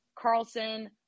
Carlson